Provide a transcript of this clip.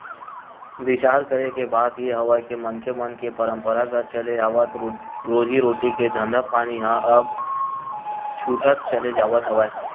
बिचार करे के बात ये हवय के मनखे मन के पंरापरागत चले आवत रोजी रोटी के धंधापानी ह अब छूटत चले जावत हवय